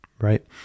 right